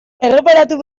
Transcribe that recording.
erreparatu